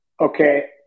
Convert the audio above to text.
Okay